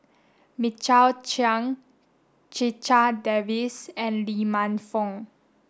Chiang Checha Davies and Lee Man Fong